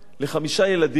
לחמישה ילדים,